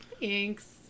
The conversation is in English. thanks